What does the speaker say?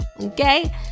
okay